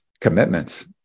commitments